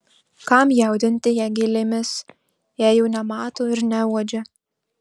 kam jaudinti ją gėlėmis jei jų nemato ir neuodžia